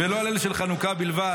ולא הלל של חנוכה בלבד,